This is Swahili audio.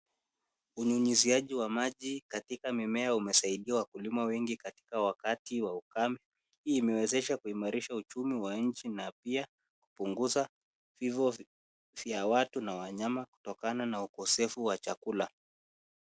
Unyunyuziaji wa maji katika mimea umesaidia wakulima wengi katika wakati wa ukame, imeweza kuhimarisha uchumi wa nchi na pia kupunguza vifo vya watu na wanyama kutokana na ukosefu wa chakula.